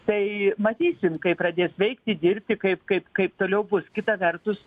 tai matysim kai pradės veikti dirbti kaip kaip kaip toliau bus kita vertus